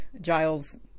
Giles